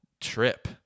trip